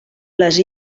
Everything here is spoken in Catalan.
les